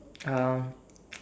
um